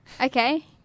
okay